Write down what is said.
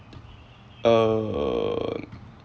err